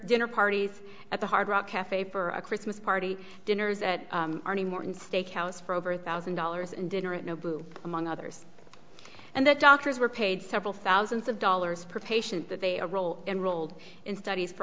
dinner parties at the hard rock cafe for a christmas party dinners at morton steakhouse for over a thousand dollars and dinner at nobu among others and the doctors were paid several thousands of dollars per patient that they are role enrolled in studies for